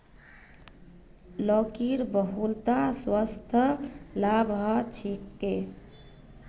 लौकीर बहुतला स्वास्थ्य लाभ ह छेक